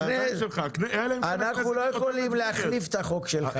אנחנו לא יכולים להחליף את החוק שלך.